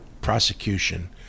prosecution